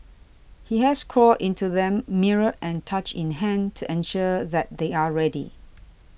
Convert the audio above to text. he has crawled into them mirror and torch in hand to ensure that they are ready